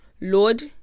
Lord